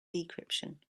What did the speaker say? decryption